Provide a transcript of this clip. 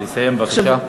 לסיים בבקשה.